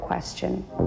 question